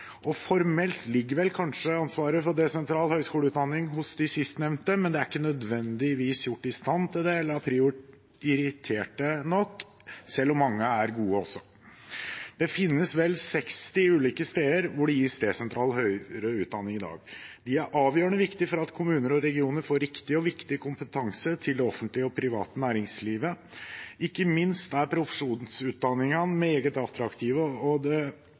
og formelt ligger vel kanskje ansvaret for desentral høyskoleutdanning hos de sistnevnte, men de er ikke nødvendigvis gjort i stand til det, eller har prioritert det nok, selv om mange er gode også. Det finnes vel 60 ulike steder hvor det gis desentral høyere utdanning i dag. De er avgjørende viktig for at kommuner og regioner får riktig og viktig kompetanse til det offentlige og private næringslivet. Ikke minst er profesjonsutdanningene meget attraktive, og det